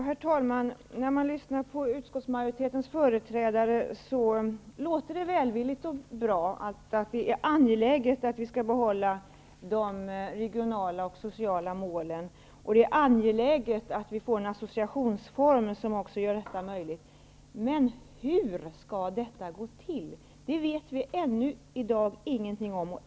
Herr talman! När man lyssnar till utskottsmajoritetens företrädare finner man att det låter välvilligt och bra. Det är angeläget att vi skall behålla de regionala och sociala målen. Det är också angeläget att vi får en associationsform som gör detta möjligt. Hur skall detta gå till? Det vet vi ännu i dag ingenting om.